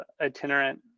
itinerant